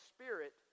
Spirit